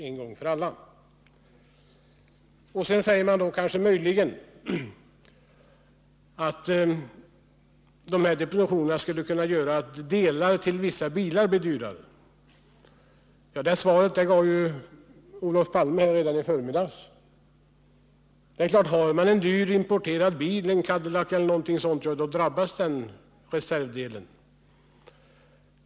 Man säger att depositionerna skulle kunna göra att delar till vissa bilar blir dyrare. Svaret på det gav Olof Palme redan i förmiddags. Har man en dyr importerad bil — en Cadillac eller någonting sådant — drabbas man av att reservdelarna blir dyrare.